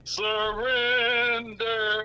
surrender